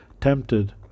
tempted